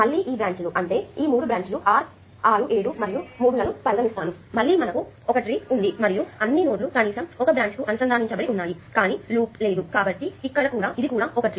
మళ్ళీ ఈ బ్రాంచ్ లు అంటే మూడు బ్రాంచ్ లు 6 7 మరియు 3 లను పరిగణిస్తాను మళ్ళీ మనకు ఒక ట్రీ ఉంది మరియు అన్ని నోడ్లు కనీసం ఒక బ్రాంచ్ కు అనుసంధానించబడి ఉన్నాయి కానీ లూప్ లేదు కాబట్టి ఇది కూడా ఒక ట్రీ